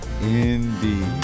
Indeed